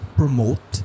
promote